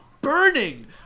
burning